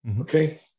Okay